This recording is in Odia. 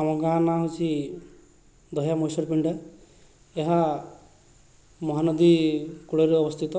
ଆମ ଗାଁ ନାଁ ହେଉଛି ଦହ୍ୟା ମହିସରପିଣ୍ଡା ଏହା ମହାନଦୀ କୂଳରେ ଅବସ୍ଥିତ